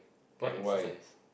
what exercise